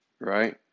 right